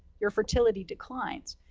your fertility declines?